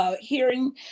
Hearing